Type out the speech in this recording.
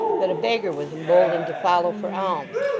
that a beggar was emboldened to follow for alms,